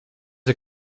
are